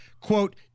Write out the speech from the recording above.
Quote